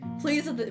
Please